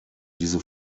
diese